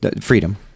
Freedom